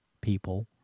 people